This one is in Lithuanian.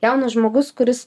jaunas žmogus kuris